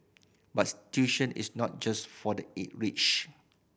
but tuition is not just for the rich